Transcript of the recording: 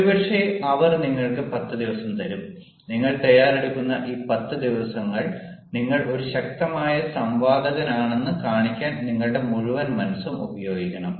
ഒരുപക്ഷേ അവർ നിങ്ങൾക്ക് പത്തുദിവസം തരും നിങ്ങൾ തയ്യാറെടുക്കുന്ന ഈ പത്ത് ദിവസങ്ങൾ നിങ്ങൾ ഒരു ശക്തമായ സംവാദകനാണെന്ന് കാണിക്കാൻ നിങ്ങളുടെ മുഴുവൻ മനസ്സും ഉപയോഗിക്കണം